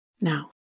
Now